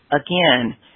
again